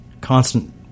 constant